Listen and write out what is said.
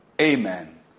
Amen